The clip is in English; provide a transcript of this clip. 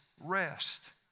rest